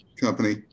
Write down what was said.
company